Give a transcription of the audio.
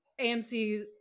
AMC